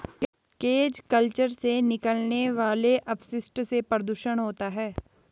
cage culture से निकलने वाले अपशिष्ट से प्रदुषण होता है